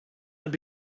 and